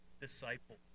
disciple